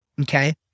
okay